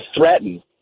threaten